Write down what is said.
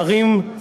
שרים,